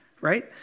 right